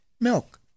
milk